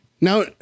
Now